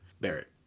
Barrett